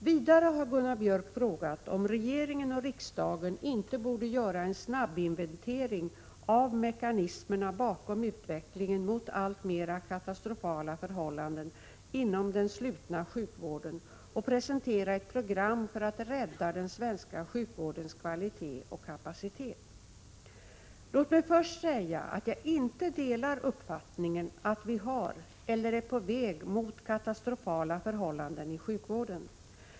Vidare har Gunnar Biörck frågat om regeringen och riksdagen inte borde göra en snabbinventering av mekanismerna bakom utvecklingen mot alltmera katastrofala förhållanden inom den slutna sjukvården och presentera ett program för att rädda den svenska sjukvårdens kvalitet och kapacitet. Låt mig först säga att jag inte delar uppfattningen att vi har eller är på väg mot katastrofala förhållanden i sjukvården.